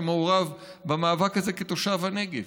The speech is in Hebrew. שמעורב במאבק הזה כתושב הנגב.